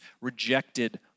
rejected